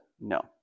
no